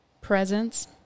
presence